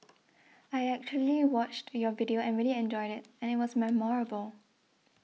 I actually watched your video and really enjoyed it and it was memorable